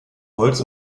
holz